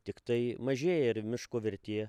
tiktai mažėja ir miško vertė